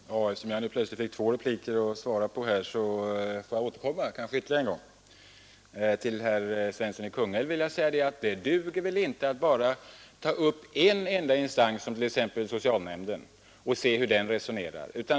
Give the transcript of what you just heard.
Herr talman! Eftersom jag nu plötsligt fick två repliker att svara på får jag kanske återkomma ytterligare en gång. Till herr Svensson i Kungälv vill jag säga, att det duger väl inte att bara ta upp en enda instans som t.ex. socialnämnden och se hur den resonerar.